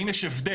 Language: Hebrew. האם יש הבדל?